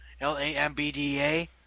L-A-M-B-D-A